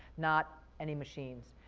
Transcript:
not any machine.